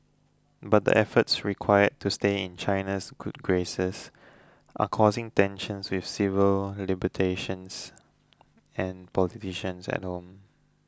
but the efforts required to stay in China's good graces are causing tensions with civil and politicians at home